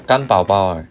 甘宝宝 right